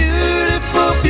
Beautiful